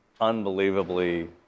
unbelievably